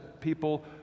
people